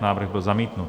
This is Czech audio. Návrh byl zamítnut.